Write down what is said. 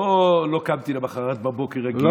לא קמתי למוחרת בבוקר רגיל,